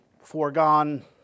foregone